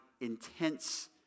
intense